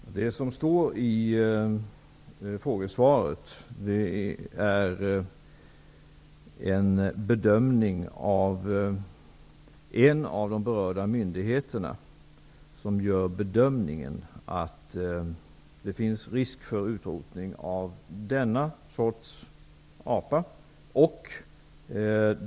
Fru talman! Det som står i frågesvaret är en bedömning av en av de berörda myndigheterna, som anser att det finns risk för utrotning av denna sorts apa.